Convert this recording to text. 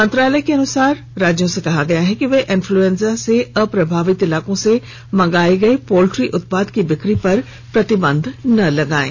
मंत्रालय के अनुसार राज्यों से कहा गया है कि वे एन्फ्लूएंजा से अप्रभावित इलाकों से मंगाए गए पोल्ट्री उत्पाद की बिक्री पर प्रतिबंध न लगाएं